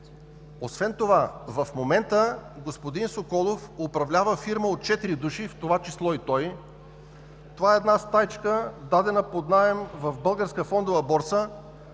Освен това в момента господин Соколов управлява фирма от 4 души, в това число и той. Това е стаичка, дадена под наем в